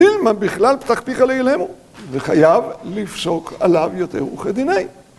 דילמא בכלל פתח פיך לאילם, וחייב לפסוק עליו יותר וכדיני.